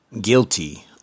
guilty